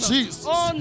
Jesus